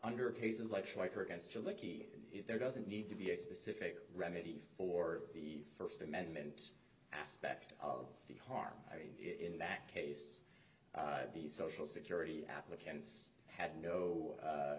under cases like schleicher against you're lucky there doesn't need to be a specific remedy for the first amendment aspect of the harm i mean in that case the social security applicants had no